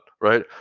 right